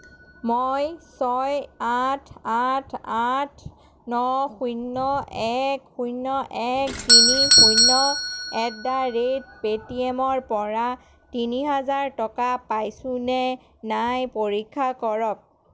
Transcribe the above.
মই ছয় আঠ আঠ আঠ ন শূন্য এক শূন্য এক তিনি শূন্য এট দ্যা ৰেট পে'টিএমৰ পৰা তিনি হাজাৰ টকা পাইছোনে নাই পৰীক্ষা কৰক